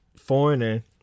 foreigner